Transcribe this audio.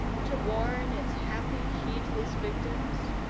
to warn its happy, heedless victims?